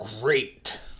great